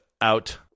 out